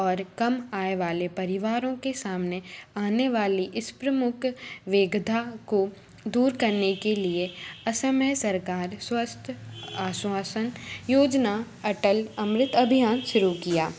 और कम आय वाले परिवारों के सामने आने वाली इस प्रमुख वेगधा को दूर करने के लिए असमय सरकार स्वास्थ्य आश्वासन योजना अटल अमृत अभियान शुरू किया